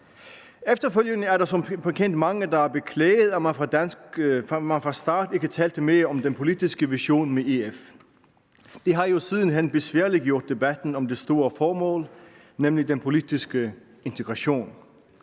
Efterfølgende er der som bekendt mange, der har beklaget, at man fra starten ikke talte mere om den politiske vision med EF. Det har jo siden hen besværliggjort debatten om det store formål, nemlig den politiske integration.